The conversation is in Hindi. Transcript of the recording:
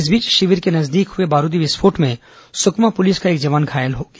इस बीच शिविर के नजदीक हुए बारूदी विस्फोट में सुकमा पुलिस का एक जवान घायल हो गया